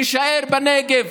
נישאר בנגב,